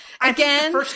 again